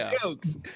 jokes